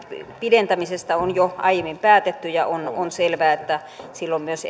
pidentämisistä on jo aiemmin päätetty ja on on selvää että silloin myös